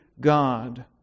God